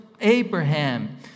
Abraham